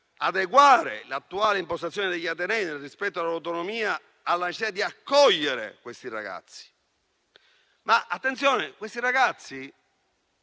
adeguare l'attuale impostazione degli atenei, nel rispetto dell'autonomia e della necessità di accogliere questi ragazzi. Ma attenzione, questi ragazzi